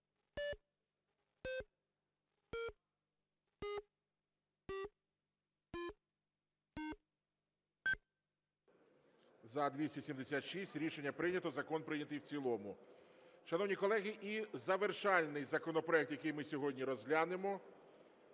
За-276 Рішення прийнято. Закон прийнятий в цілому. Шановні колеги, і завершальний законопроект, який ми сьогодні розглянемо,